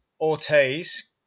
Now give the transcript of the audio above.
Ortiz